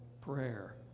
prayer